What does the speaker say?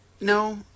no